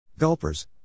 Gulpers